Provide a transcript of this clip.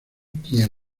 quien